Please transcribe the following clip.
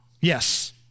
Yes